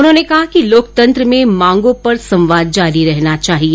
उन्होंने कहा कि लोकतंत्र में मांगों पर संवाद जारी रहना चाहिए